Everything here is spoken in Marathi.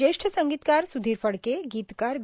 ज्येष्ठ संगीतकार सुधीर फडके गीतकार ग